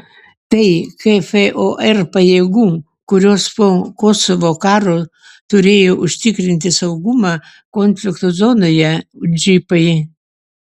tai kfor pajėgų kurios po kosovo karo turėjo užtikrinti saugumą konflikto zonoje džipai